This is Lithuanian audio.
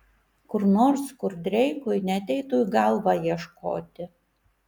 kur nors kur dreikui neateitų į galvą ieškoti